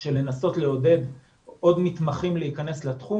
של לנסות לעודד עוד מתמחים להיכנס לתחום